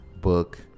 book